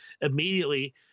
immediately